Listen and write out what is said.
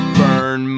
burn